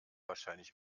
wahrscheinlich